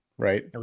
Right